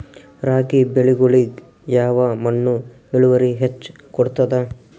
ರಾಗಿ ಬೆಳಿಗೊಳಿಗಿ ಯಾವ ಮಣ್ಣು ಇಳುವರಿ ಹೆಚ್ ಕೊಡ್ತದ?